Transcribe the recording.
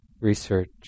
research